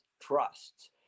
trusts